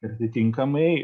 ir atitinkamai